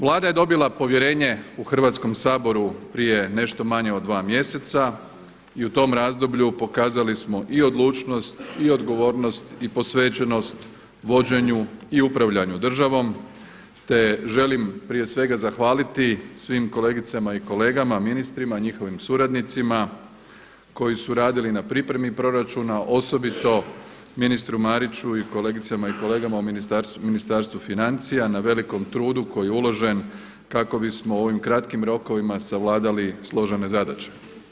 Vlada je dobila povjerenje u Hrvatskom saboru prije nešto manje od 2 mjeseca i u tom razdoblju pokazali smo i odlučnost i odgovornost i posvećenost vođenju i upravljanju državom te želim prije svega zahvaliti svim kolegicama i kolegama ministrima, njihovim suradnicima koji su radili na pripremi proračuna osobito ministru Mariću i kolegica i kolegama u Ministarstvu financija na velikom trudu koji je uložen kako bismo u ovim kratkim rokovima savladali složene zadaće.